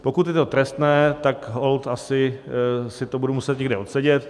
Pokud je to trestné, tak holt asi si to budu muset někde odsedět.